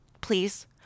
Please